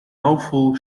awful